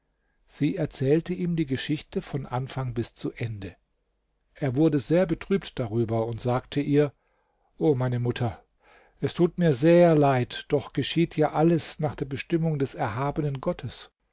sie erzählte ihm die geschichte von anfang bis zu ende er wurde sehr betrübt darüber und sagte ihr o meine mutter es tut mir sehr leid doch geschieht ja alles nach der bestimmung des erhabenen gottes